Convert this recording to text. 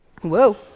Whoa